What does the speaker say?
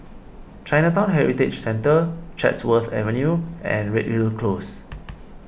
Chinatown Heritage Centre Chatsworth Avenue and Redhill Close